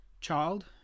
child